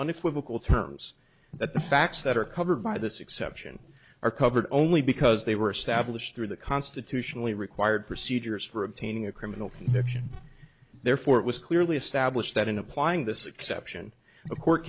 unequivocal terms that the facts that are covered by this exception are covered only because they were established through the constitutionally required procedures for obtaining a criminal therefore it was clearly established that in applying this exception of court